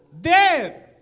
dead